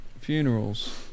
funerals